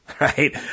right